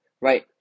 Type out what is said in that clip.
right